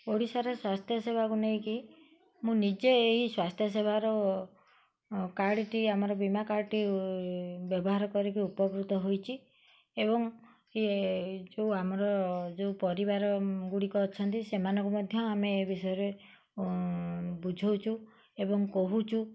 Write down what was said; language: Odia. ଓଡ଼ିଶାର ସ୍ୱାସ୍ଥ୍ୟ ସେବାକୁ ନେଇକି ମୁଁ ନିଜେ ଏଇ ସ୍ୱାସ୍ଥ୍ୟ ସେବାର କାର୍ଡ଼୍ଟି ଆମର ବୀମା କାର୍ଡ଼୍ଟି ବ୍ୟବହାର କରିକି ଉପକୃତ ହୋଇଛି ଏବଂ ଇଏ ଯେଉଁ ଆମର ଯେଉଁ ପରିବାର ଗୁଡ଼ିକ ଅଛନ୍ତି ସେମାନଙ୍କୁ ମଧ୍ୟ ଆମେ ଏ ବିଷୟରେ ବୁଝାଉଛୁ ଏବଂ କହୁଛୁ